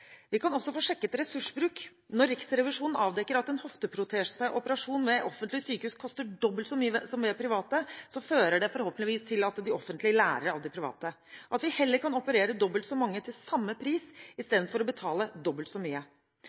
Vi kan også få sjekket ressursbruk. Når Riksrevisjonen avdekker at en hofteproteseoperasjon ved et offentlig sykehus koster dobbelt så mye som hos private, fører det forhåpentligvis til at de offentlige lærer av de private – at vi heller kan operere dobbelt så mange til samme pris, istedenfor å betale dobbelt så mye.